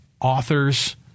authors